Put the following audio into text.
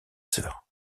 sœurs